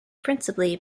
principally